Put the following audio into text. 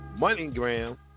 MoneyGram